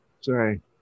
sorry